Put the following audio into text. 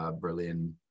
Berlin